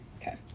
Okay